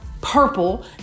purple